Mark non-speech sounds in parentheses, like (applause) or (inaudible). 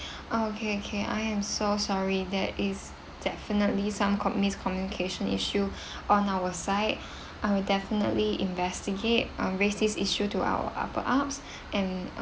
(breath) okay okay I am so sorry there is definitely some comm~ miscommunication issue (breath) on our side (breath) I will definitely investigate um raise this issue to our upper ups and